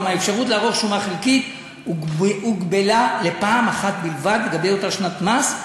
אולם האפשרות לערוך שומה חלקית הוגבלה לפעם אחת בלבד לגבי אותה שנת מס.